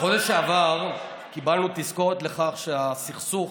בחודש שעבר קיבלנו תזכורת לכך שהסכסוך